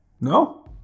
No